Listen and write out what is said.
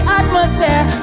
atmosphere